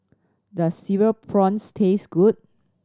does Cereal Prawns taste good